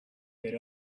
good